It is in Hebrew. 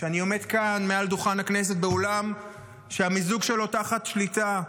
כשאני עומד כאן מעל דוכן הכנסת באולם שהמיזוג שלו תחת שליטה,